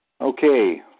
Okay